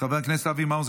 חבר הכנסת אבי מעוז,